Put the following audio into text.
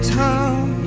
town